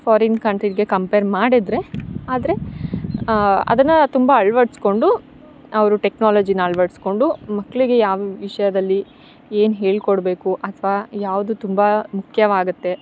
foreign ಕಂಟ್ರಿಗೆ compare ಮಾಡಿದರೆ ಆದರೆ ಅದನ್ನು ತುಂಬ ಅಳವಡಿಸ್ಕೊಂಡು ಅವರು ಟೆಕ್ನಾಲಾಜಿನ ಅಳವಡಿಸ್ಕೊಂಡು ಮಕ್ಳಿಗೆ ಯಾವ ವಿಷಯದಲ್ಲಿ ಏನು ಹೇಳಿಕೊಡ್ಬೇಕು ಅಥ್ವಾ ಯಾವುದು ತುಂಬ ಮುಖ್ಯವಾಗುತ್ತೆ